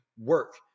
work